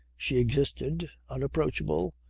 she existed, unapproachable,